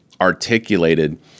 articulated